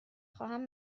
خواهم